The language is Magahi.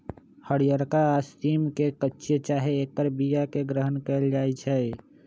हरियरका सिम के कच्चे चाहे ऐकर बियाके ग्रहण कएल जाइ छइ